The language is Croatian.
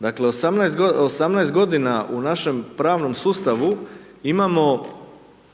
dakle 18 g. u našem pravnom sustavu imamo